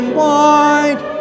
wide